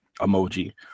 Emoji